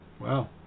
Wow